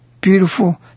beautiful